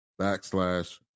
backslash